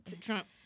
Trump